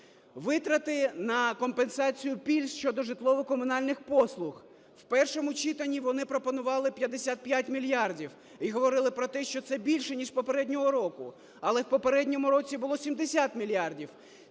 Витрати на компенсацію пільг щодо житлово-комунальних послуг. В першому читанні вони пропонували 55 мільярдів і говорили, що це більше, ніж попереднього року. Але в попередньому році було 70 мільярдів.